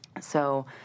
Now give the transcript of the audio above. So-